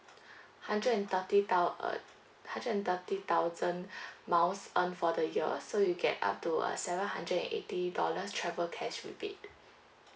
hundred and thirty thou~ uh hundred and thirty thousand miles earned for the year so you get up to a seven hundred and eighty dollars travel cash rebate